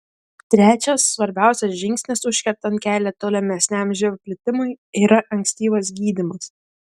trečias svarbiausias žingsnis užkertant kelią tolimesniam živ plitimui yra ankstyvas gydymas